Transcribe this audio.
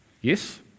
Yes